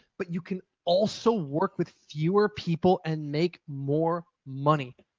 but you can also work with fewer people and make more money.